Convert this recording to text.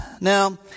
Now